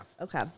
Okay